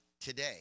today